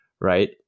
right